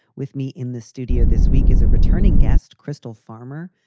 with me in the studio this week is a returning guest, crystal farmer,